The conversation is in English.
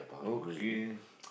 okay